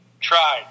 tried